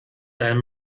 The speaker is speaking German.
einem